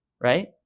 right